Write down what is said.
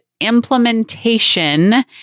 implementation